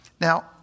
Now